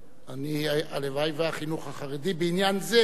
הלוואי שהחינוך החרדי בעניין זה היה בכנסת.